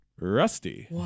Rusty